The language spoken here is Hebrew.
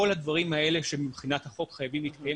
כל הדברים האלה שמבחינת החוק חייבים להתקיים